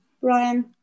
Brian